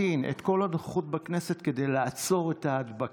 להקטין את כל הנוכחות בכנסת כדי לעצור את ההדבקה.